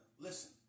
Listen